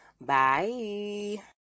Bye